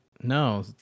No